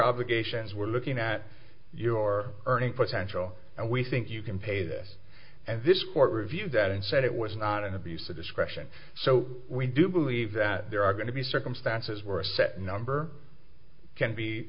obligations we're looking at your earning potential and we think you can pay this and this court review that and said it was not an abuse of discretion so we do believe that there are going to be circumstances where a set number can be